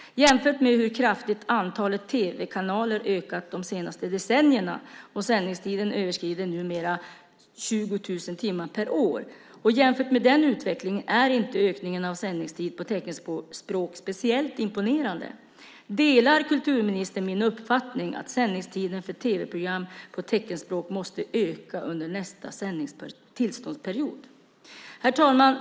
Jämfört med hur kraftigt antalet tv-kanaler har ökat under de senaste decennierna - sändningstiden överskrider numera 20 000 timmar per år - är ökningen av sändningstiden på teckenspråk inte speciellt imponerande. Delar kulturministern min uppfattning att sändningstiden för tv-program på teckenspråk måste öka under nästa tillståndsperiod? Herr talman!